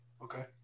Okay